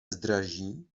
zdraží